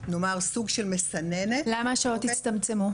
נאמר סוג של מסננת --- למה השעות הצטמצמו?